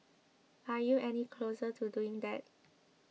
are you any closer to doing that